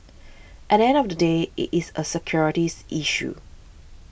at end of the day it is a securities issue